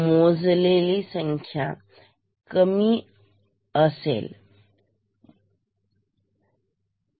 मोजलेली संख्या कमी आहेकिती ने कमी